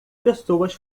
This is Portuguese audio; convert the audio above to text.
pessoas